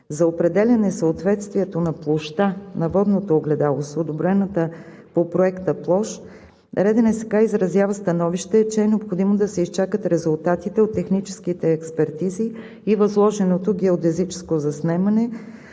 За определяне съответствието на площта на водното огледало с одобрената по проекта площ РДНСК изразява становище, че е необходимо да се изчакат резултатите от техническите експертизи и възложеното геодезическо заснемане